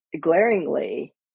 glaringly